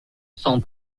sont